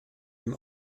dem